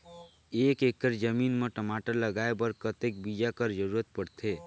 एक एकड़ जमीन म टमाटर लगाय बर कतेक बीजा कर जरूरत पड़थे?